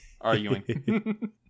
arguing